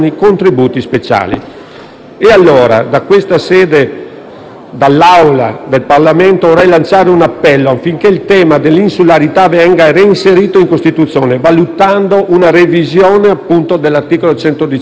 speciali». Da questa sede, dall'Aula del Senato, vorrei allora lanciare un appello affinché il tema dell'insularità venga reinserito in Costituzione valutando una revisione dell'articolo 119 della Costituzione.